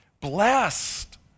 blessed